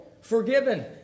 Forgiven